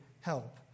help